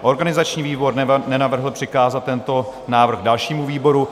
Organizační výbor nenavrhl přikázat tento návrh dalšímu výboru.